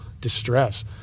distress